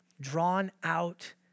drawn-out